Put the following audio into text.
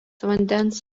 vandens